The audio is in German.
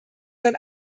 sein